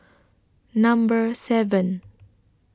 Number seven